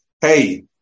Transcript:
Hey